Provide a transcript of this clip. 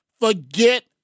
forget